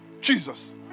Jesus